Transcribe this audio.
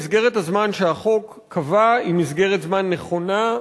מסגרת הזמן שהחוק קבע היא מסגרת זמן נכונה,